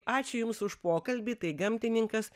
ačiū jums už pokalbį tai gamtininkas